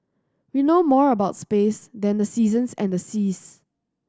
we know more about space than the seasons and the seas